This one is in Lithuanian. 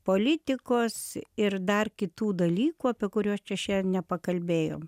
politikos ir dar kitų dalykų apie kuriuos čia šiandien nepakalbėjom